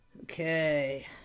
Okay